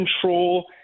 control